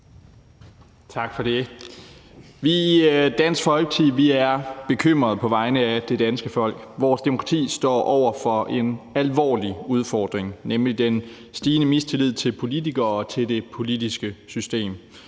Tak for det. Vi i Dansk Folkeparti er bekymrede på vegne af det danske folk. Vores demokrati står over for en alvorlig udfordring, nemlig den stigende mistillid til politikere og til det politiske system,